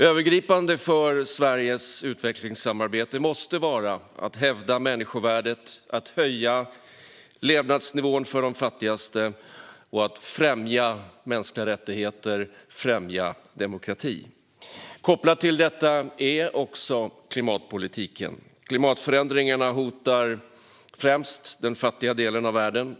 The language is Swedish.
Övergripande för Sveriges utvecklingssamarbete måste vara att hävda människovärdet, att höja levnadsnivån för de fattigaste och att främja mänskliga rättigheter och demokrati. Kopplat till detta är också klimatpolitiken. Klimatförändringarna hotar främst den fattiga delen av världen.